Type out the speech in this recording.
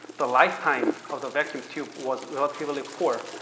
the lifetime of the vacuum tube was relatively poor.